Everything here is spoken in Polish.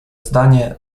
zdanie